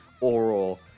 oral